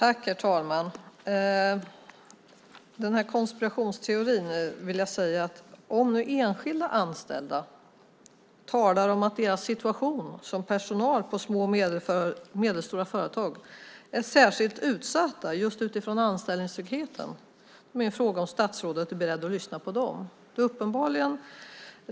Herr talman! Jag vill säga en sak om den här konspirationsteorin. Om enskilda anställda talar om att deras situation som personal på små och medelstora företag är särskilt utsatt med tanke på anställningstryggheten är det min fråga om statsrådet är beredd att lyssna på dem.